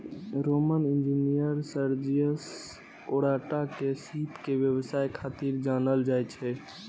Roman engineer Sergius Orata के सीप के व्यवसाय खातिर जानल जाइ छै